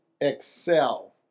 excel